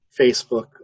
Facebook